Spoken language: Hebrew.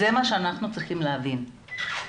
זאת אנחנו צריכים להבין.